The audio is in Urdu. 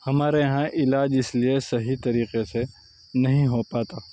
ہمارے یہاں علاج اس لیے صحیح طریقے سے نہیں ہو پاتا